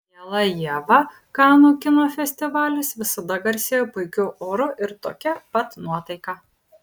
miela ieva kanų kino festivalis visada garsėjo puikiu oru ir tokia pat nuotaika